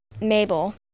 Mabel